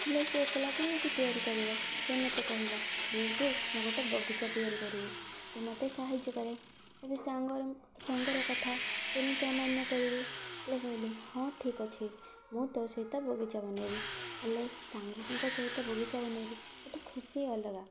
ହେଲେ ସେ ଏକଲା କେମିତି ତିଆରି କରିବ ସେ ମୋତେ କହିଲ ବିଉଟି ମୁଁ ଗୋଟେ ବଗିଚା ତିଆରି କରିବି ତୁ ମୋତେ ସାହାଯ୍ୟ କରେ ଏବେ ସାଙ୍ଗ ସାଙ୍ଗର କଥା କେମିତି ଅମାନ୍ୟ କରିବି ହେଲେ କହିଲି ହଁ ଠିକ୍ ଅଛି ମୁଁ ତୋ ସହିତ ବଗିଚା ବନାଇବି ହେଲେ ସାଙ୍ଗଙ୍କ ସହିତ ବଗିଚା ବନାଇବି ଗୋଟେ ଖୁସି ଅଲଗା